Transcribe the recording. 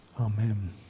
Amen